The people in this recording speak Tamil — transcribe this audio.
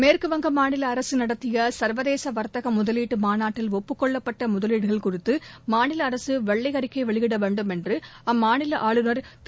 மேற்குவங்க மாநில அரசு நடத்திய சர்வதேச வர்த்தக முதலீட்டு மாநாட்டில் ஒப்புக் கொள்ளப்பட்ட முதலீடுகள் குறித்து மாநில அரசு வெள்ளை அறிக்கை வெளியிட வேண்டும் என்று அம்மாநில ஆளுநர் திரு